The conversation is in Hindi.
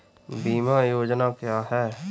बीमा योजना क्या है?